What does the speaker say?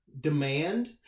demand